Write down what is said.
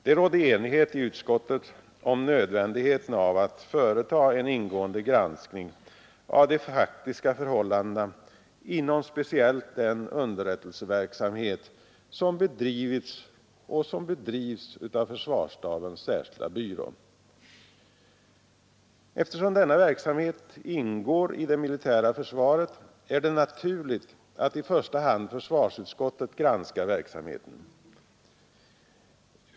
Det rådde enighet i utskottet om nödvändigheten av att företa en ingående granskning av de faktiska förhållandena inom speciellt den underrättelseverksamhet som bedrivits och som bedrivs av försvarsstabens särskilda byrå. Eftersom denna verksamhet ingår i det militära försvaret, är det naturligt att i första hand försvarsutskottet granskar verksamheten.